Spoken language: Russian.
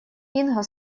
инга